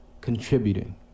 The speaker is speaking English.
contributing